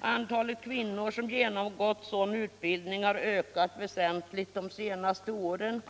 Antalet kvinnor som genomgått sådan utbildning har ökat väsentligt de senaste åren.